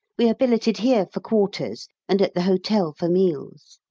we are billeted here for quarters, and at the hotel for meals.